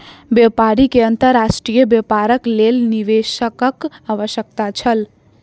व्यापारी के अंतर्राष्ट्रीय व्यापारक लेल निवेशकक आवश्यकता छल